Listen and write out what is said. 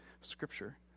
Scripture